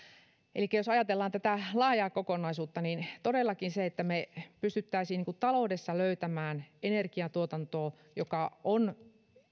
elikkä jos ajatellaan tätä laajaa kokonaisuutta niin todellakin se että me pystyisimme taloudessa löytämään energiantuotantoa joka on